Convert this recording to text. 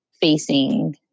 facing